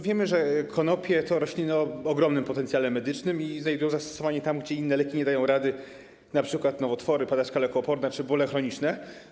Wiemy, że konopie to rośliny o ogromnym potencjale medycznym, które znajdują zastosowanie tam, gdzie inne leki nie dają rady, np. nowotwory, padaczka lekooporna czy bóle chroniczne.